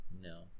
No